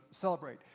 celebrate